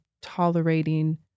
tolerating